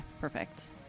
perfect